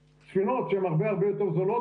ספינות שהן הרבה הרבה יותר זולות,